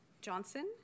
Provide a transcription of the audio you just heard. Johnson